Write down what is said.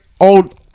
old